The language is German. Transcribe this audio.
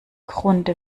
grunde